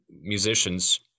musicians